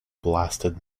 blasted